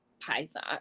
python